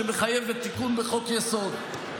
שמחייבת תיקון בחוק-יסוד.